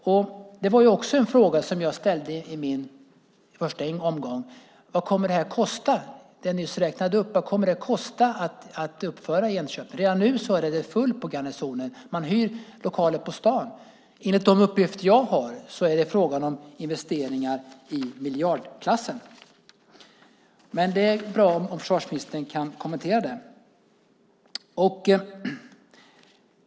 I första omgången ställde jag frågan om vad det jag nyss räknade upp kommer att kosta. Vad kommer det att kosta att uppföra Enköping? Redan nu är det fullt på garnisonen. Man hyr lokaler på stan. Enligt de uppgifter jag har är det fråga om investeringar i miljardklassen. Det vore bra om försvarsministern kunde kommentera detta.